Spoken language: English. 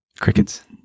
Crickets